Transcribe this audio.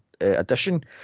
edition